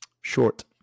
Short